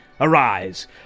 Arise